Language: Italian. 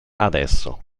adesso